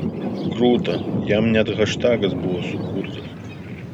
krūta jam net haštagas buvo sukurtas